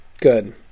Good